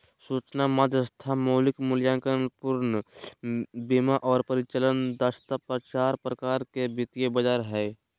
सूचना मध्यस्थता, मौलिक मूल्यांकन, पूर्ण बीमा आर परिचालन दक्षता चार प्रकार के वित्तीय बाजार हय